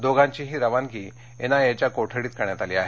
दोघांचीही रवानगी N I A च्या कोठडीत करण्यात आली आहे